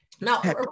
Now